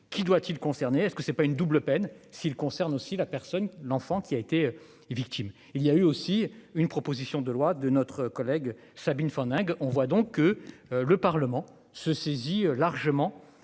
qui doit-il concerné. Est-ce que c'est pas une double peine s'il concerne aussi la personne l'enfant qui a été. Victime il y a eu aussi une proposition de loi de notre collègue Sabine von on voit donc que le Parlement se saisit dit largement